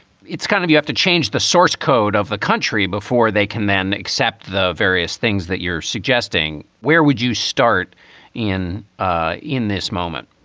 it's kind of you have to change the source code of the country before they can then accept the various things that you're suggesting. where would you start in ah in this moment?